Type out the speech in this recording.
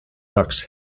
ducts